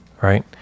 right